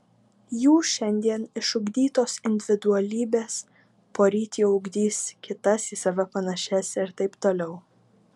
jų šiandien išugdytos individualybės poryt jau ugdys kitas į save panašias ir taip toliau